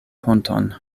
ponton